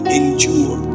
endure